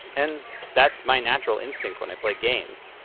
and that's my natural instinct when i play games,